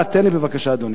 תן לי, בבקשה, אדוני.